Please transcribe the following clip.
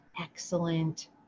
excellent